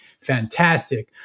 fantastic